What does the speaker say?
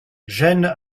gênes